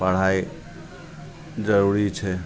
पढ़ाइ जरूरी छै